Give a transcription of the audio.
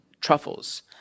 truffles